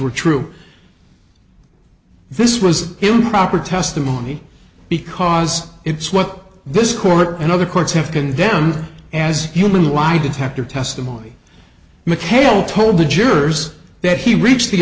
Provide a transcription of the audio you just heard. were true this was improper testimony because it's what this court and other courts have condemned as a human lie detector testimony mchale told the jurors that he reached the